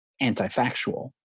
anti-factual